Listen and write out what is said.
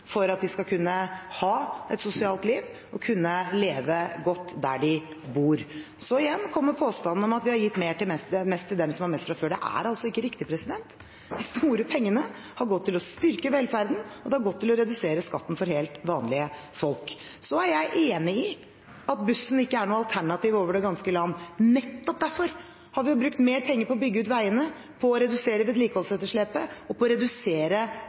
for at de skal kunne ha et sosialt liv og kunne leve godt der de bor. Igjen kommer påstanden om at vi har gitt mest til dem som har mest fra før. Det er altså ikke riktig. De store pengene har gått til å styrke velferden, og det har gått til å redusere skatten for helt vanlige folk. Jeg er enig i at bussen ikke er noe alternativ over det ganske land. Nettopp derfor har vi brukt mer penger på å bygge ut veiene, på å redusere vedlikeholdsetterslepet og på å redusere